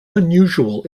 unusual